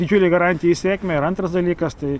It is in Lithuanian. didžiulė garantija į sėkmę ir antras dalykas tai